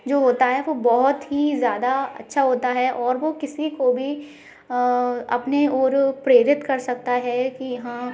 जो होता हैं वो बहोत ही ज्यादा अच्छा होता है और वो किसी को भी अपने ओर प्रेरित कर सकता है कि हाँ